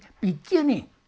beginning